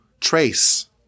trace